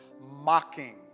mocking